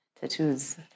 Tattoos